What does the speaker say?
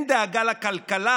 אין דאגה לכלכלה.